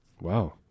Wow